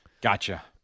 Gotcha